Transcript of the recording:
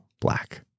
black